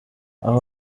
aha